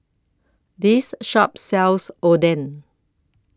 This Shop sells Oden